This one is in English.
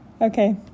Okay